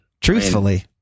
truthfully